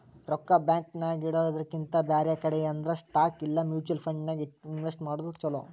ರೊಕ್ಕಾ ಬ್ಯಾಂಕ್ ನ್ಯಾಗಿಡೊದ್ರಕಿಂತಾ ಬ್ಯಾರೆ ಕಡೆ ಅಂದ್ರ ಸ್ಟಾಕ್ ಇಲಾ ಮ್ಯುಚುವಲ್ ಫಂಡನ್ಯಾಗ್ ಇನ್ವೆಸ್ಟ್ ಮಾಡೊದ್ ಛಲೊ